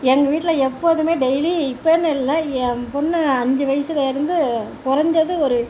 எங்கள் வீட்டில் எப்போதுமே டெய்லி இப்போன்னு இல்லா என் பொண்ணு அஞ்சு வயசிலேருந்து குறஞ்சது ஒரு